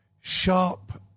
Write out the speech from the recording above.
sharp